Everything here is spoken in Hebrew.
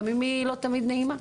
גם אם היא לא תמיד נעימה.